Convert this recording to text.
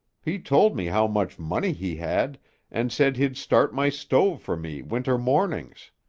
he told me how much money he had and said he'd start my stove for me winter mornings.